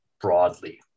broadly